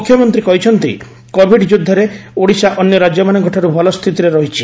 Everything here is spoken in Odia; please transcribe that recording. ମୁଖ୍ୟମନ୍ତୀ କହିଛନ୍ତି କୋଭିଡ୍ ଯୁଦ୍ଧରେ ଓଡିଶା ଅନ୍ୟ ରାଜ୍ୟମାନଙ୍କଠାରୁ ଭଲ ସ୍ଥିତିରେ ରହିଛି